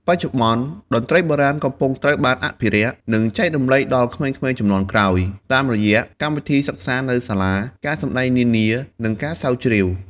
បច្ចុប្បន្ន តន្ត្រីបុរាណកំពុងត្រូវបានអភិរក្ស និងចែករំលែកដល់ក្មេងៗជំនាន់ក្រោយ តាមរយៈកម្មវិធីសិក្សានៅសាលា ការសម្តែងនានា និងការស្រាវជ្រាវ។